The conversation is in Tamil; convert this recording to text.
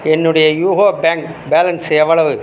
என்னுடைய யூகோ பேங்க் பேலன்ஸ் எவ்வளவு